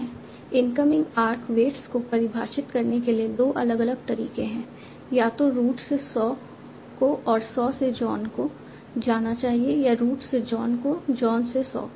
incoming arc weights को परिभाषित करने के 2 अलग अलग तरीके हैं या तो रूट से सॉ को और सॉ से जॉन को जाना चाहिए या रूट से जॉन को जॉन से सॉ को